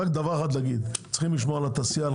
צריכים לשמור על התעשייה,